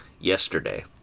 yesterday